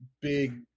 big